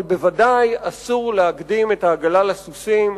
אבל בוודאי אסור להקדים את העגלה לסוסים,